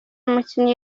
mukinnyi